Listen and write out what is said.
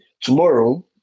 Tomorrow